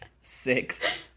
six